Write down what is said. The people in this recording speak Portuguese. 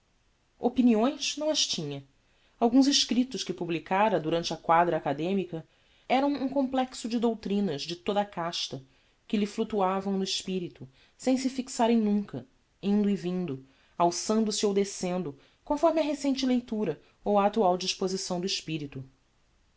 opiniões não as tinha alguns escriptos que publicara durante a quadra academica eram um complexo de doutrinas de toda a casta que lhe fluctuavam no espirito sem se fixarem nunca indo e vindo alçando se ou descendo conforme a recente leitura ou a actual disposição de espirito